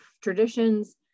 traditions